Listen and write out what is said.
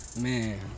man